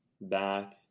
back